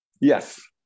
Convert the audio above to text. yes